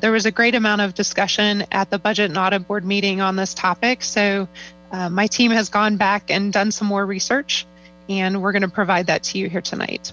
there was a great amount of discussion at the budget not a board meeting on this topic so my team has gone back and done some more research and we're going to provide that to you here tonight